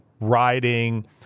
riding